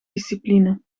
discipline